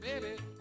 baby